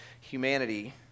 humanity